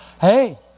Hey